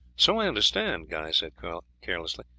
so i understand, guy said carelessly.